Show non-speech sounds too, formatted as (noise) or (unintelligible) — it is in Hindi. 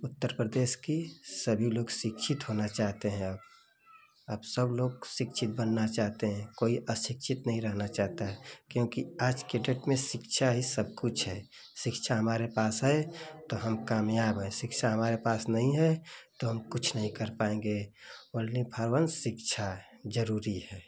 उत्तर प्रदेश के सभी लोग शिक्षित होना चाहते हैं अब अब सबलोग शिक्षित बनना चाहते हैं कोई अशिक्षित नहीं रहना चाहता है क्योंकि आज के डेट में शिक्षा ही सबकुछ है शिक्षा हमारे पास है तो हम कामयाब हैं शिक्षा हमारे पास नहीं है तो हम कुछ नहीं कर पाएँगे ओनली (unintelligible) शिक्षा है जरूरी है